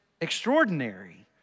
extraordinary